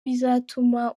bizatuma